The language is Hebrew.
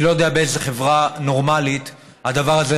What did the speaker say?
אני לא יודע באיזו חברה נורמלית הדבר הזה